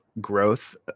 growth